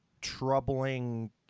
troubling